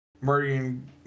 murdering